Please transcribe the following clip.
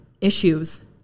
issues